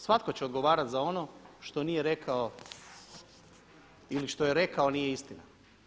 Svatko će odgovarat za ono što nije rekao ili što je rekao nije istina.